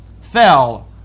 fell